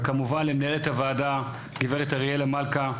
וכמובן למנהלת הוועדה גברת אריאלה מלכה,